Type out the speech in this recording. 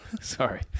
Sorry